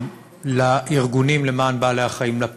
לארגונים למען בעלי-החיים, לפעילים,